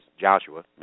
Joshua